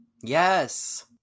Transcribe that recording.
Yes